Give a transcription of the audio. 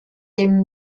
dem